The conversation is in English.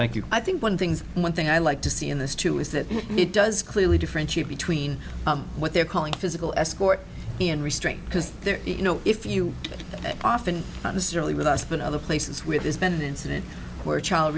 thank you i think one things and one thing i like to see in this too is that it does clearly differentiate between what they're calling physical escort and restraint because they're you know if you often not necessarily with us but other places with there's been an incident where a child